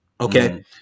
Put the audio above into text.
okay